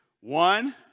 One